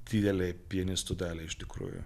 didelei pianistų daliai iš tikrųjų